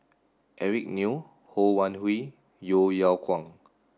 Eric Neo Ho Wan Hui Yeo Yeow Kwang